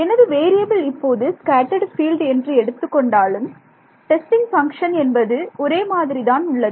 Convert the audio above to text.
எனது வேறியபில் இப்போது scattered field என்று எடுத்துக்கொண்டாலும் டெஸ்டிங் பங்க்ஷன் என்பது ஒரே மாதிரி தான் உள்ளது